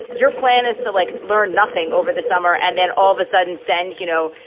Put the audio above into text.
your plan is to, like, learn nothing over the summer and then all of a sudden send, you know,